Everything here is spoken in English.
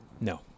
No